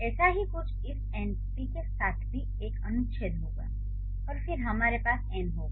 ऐसा ही कुछ इस एनपी के साथ भी एक अनुच्छेद होगा और फिर हमारे पास एन होगा